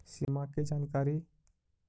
सिमा कि जानकारी?